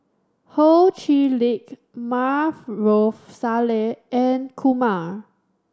Ho Chee Lick Maarof Salleh and Kumar